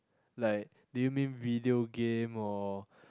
like do you mean video game or